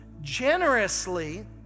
generously